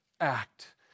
act